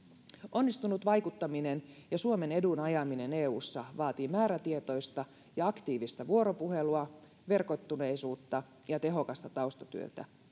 onnistunut vaikuttaminen ja suomen edun ajaminen eussa vaatii määrätietoista ja aktiivista vuoropuhelua verkottuneisuutta ja tehokasta taustatyötä